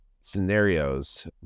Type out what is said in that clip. scenarios